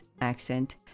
accent